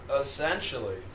essentially